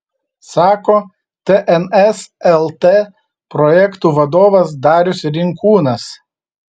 sako tns lt projektų vadovas darius rinkūnas